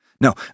No